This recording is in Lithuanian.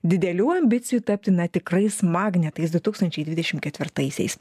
didelių ambicijų tapti tikrais magnetais du tūkstančiai dvidešim ketvirtaisiais